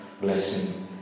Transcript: blessing